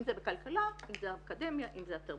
אם זה בכלכלה, אם זה אקדמיה, אם זה התרבות.